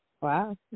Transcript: wow